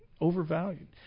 overvalued